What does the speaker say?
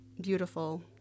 beautiful